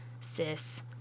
cis